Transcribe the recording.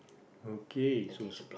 okay so